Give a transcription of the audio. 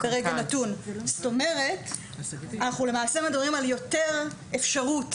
זאת אומרת שאנחנו למעשה מדברים על יותר אפשרות,